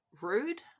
rude